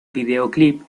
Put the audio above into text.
videoclip